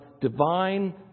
divine